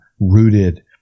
rooted